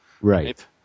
Right